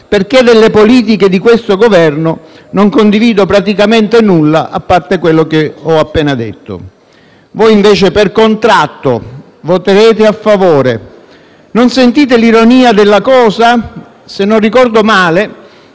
perché delle politiche di questo Governo non condivido praticamente nulla, a parte quello che ho appena detto. Voi invece, per contratto, voterete a favore. Non sentite l'ironia della cosa? Se non ricordo male,